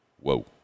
Whoa